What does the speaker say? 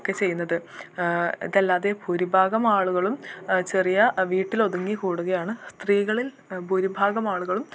ഒക്കെ ചെയ്യുന്നത് ഇതല്ലാതെ ഭൂരിഭാഗം ആളുകളും ചെറിയ വീട്ടിലൊതുങ്ങി ക്കൂടുകയാണ് സ്ത്രീകളിൽ ഭൂരിഭാഗം ആളുകളും